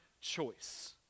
choice